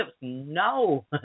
No